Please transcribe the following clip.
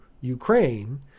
Ukraine